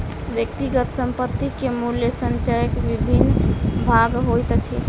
व्यक्तिगत संपत्ति के मूल्य संचयक विभिन्न भाग होइत अछि